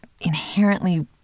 inherently